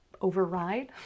override